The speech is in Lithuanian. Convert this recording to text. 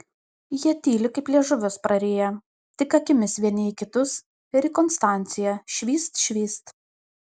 jie tyli kaip liežuvius prariję tik akimis vieni į kitus ir į konstanciją švyst švyst